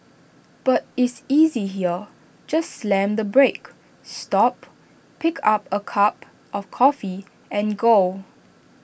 but is easy here just slam the brake stop pick up A cup of coffee and go